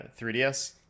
3DS